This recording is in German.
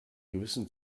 gewissen